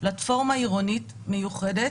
פלטפורמה עירונית מיוחדת